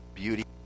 Beauty